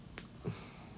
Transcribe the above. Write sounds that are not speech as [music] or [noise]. [noise]